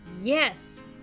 Yes